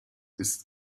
ist